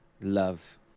Love